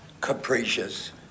capricious